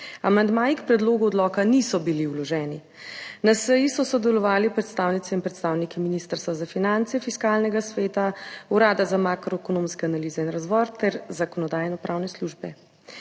Amandmaji k predlogu odloka niso bili vloženi. Na seji so sodelovali predstavnice in predstavniki Ministrstva za finance, Fiskalnega sveta, Urada za makroekonomske analize in razvoj ter Zakonodajno-pravne službe.